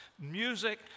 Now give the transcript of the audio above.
Music